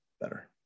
better